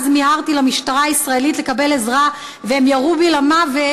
אז מיהרתי למשטרה הישראלית לקבל עזרה והם ירו בי למוות,